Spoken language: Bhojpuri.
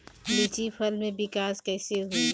लीची फल में विकास कइसे होई?